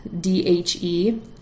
D-H-E